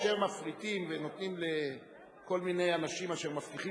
כאשר מפריטים ונותנים לכל מיני אנשים אשר מבטיחים